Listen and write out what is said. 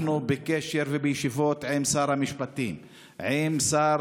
בקשר ובישיבות עם שר המשפטים ועם שר